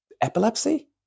epilepsy